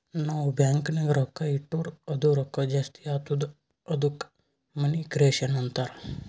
ನಾವ್ ಬ್ಯಾಂಕ್ ನಾಗ್ ರೊಕ್ಕಾ ಇಟ್ಟುರ್ ಅದು ರೊಕ್ಕಾ ಜಾಸ್ತಿ ಆತ್ತುದ ಅದ್ದುಕ ಮನಿ ಕ್ರಿಯೇಷನ್ ಅಂತಾರ್